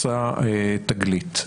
מסע/תגלית.